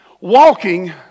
walking